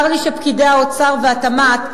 צר לי שפקידי האוצר והתמ"ת,